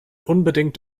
unbedingt